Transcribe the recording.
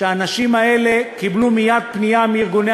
שהאנשים האלה קיבלו מייד פנייה מארגוני